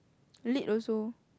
late also